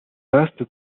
vaste